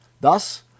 Thus